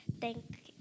thank